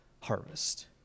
harvest